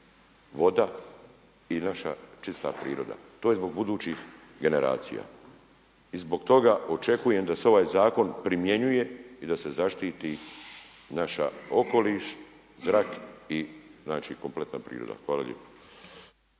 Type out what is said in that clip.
voda i naša čista priroda. To je zbog budućih generacija. I zbog toga očekujem da se ovaj zakon primjenjuje i da se zaštiti naš okoliš, zrak i znači kompletna priroda. Hvala lijepa.